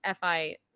FI